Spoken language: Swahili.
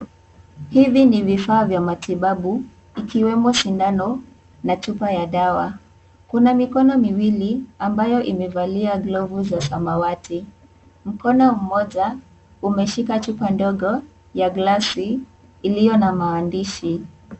Hivi ni vifaa vya matibabu ikiwemo sindano na chupa ya dawa. Kuna mikono miwili ambayo imevalia glavu za samawati. Mkono mmoja, umeshika chupa ndogo ya glasi iliyo na maandishi.